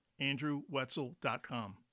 andrewwetzel.com